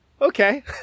okay